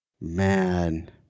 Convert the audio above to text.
Man